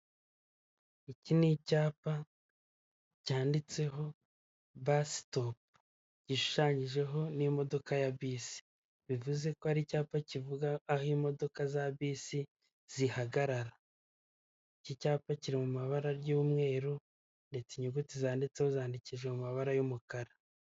Iki ni icyapa cyanditseho bus stop, gishushanyijeho n'imodoka ya bisi, bivuze ko ari icyapa kivuga aho imodoka za bisi zihagarara. Iki cyapa kiri mu mabara ry'umweru ndetse inyuguti zanditseho zandikishije mu mabara y'umukara.